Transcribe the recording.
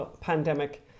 pandemic